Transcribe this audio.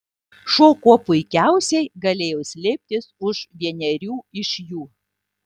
šuo kuo puikiausiai galėjo slėptis už vienerių iš jų